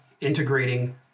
integrating